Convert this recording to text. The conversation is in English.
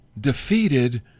Defeated